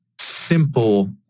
simple